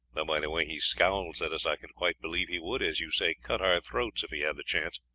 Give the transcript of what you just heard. though by the way he scowls at us i can quite believe he would, as you say, cut our throats if he had the chance.